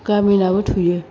गामिनाबो थुयो